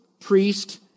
priest